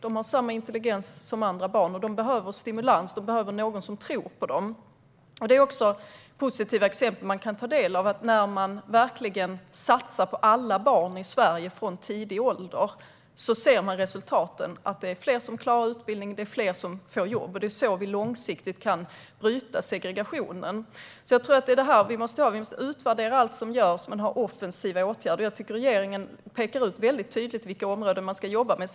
De har samma intelligens som andra barn, och de behöver stimulans, någon som tror på dem. Det finns positiva exempel som man kan ta del av. Om man satsar på alla barn i Sverige från tidig ålder ser man resultaten. Det är fler som klarar sin utbildning och det är fler som får jobb. Det är så vi långsiktigt kan bryta segregationen. Vi måste utvärdera allt som görs, men vi ska ha offensiva åtgärder. Jag tycker att regeringen väldigt tydligt pekar ut vilka områden man ska jobba med.